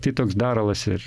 tai toks daralas ir